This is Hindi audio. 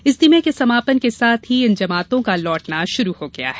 इज्तिमे के समापन के साथ ही इन जमातों का लौटना शुरू हो गया है